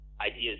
ideas